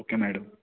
okay madam